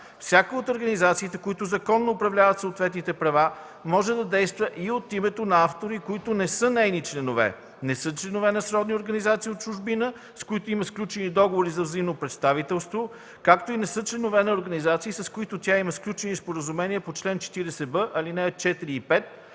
всяка от организациите, които законно управляват съответните права, може да действа и от името на автори, които не са нейни членове, не са членове на сродни организации от чужбина, с които има сключени договори за взаимно представителство, както и не са членове на организации, с които тя има сключени споразумения по чл. 40б, ал. 4 и 5,